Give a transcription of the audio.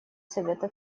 совета